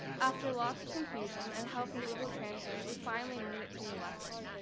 after lots of confusion and help from google translate we finally made it through the lesson.